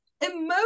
emotional